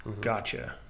Gotcha